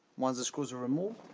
once the screws are removed,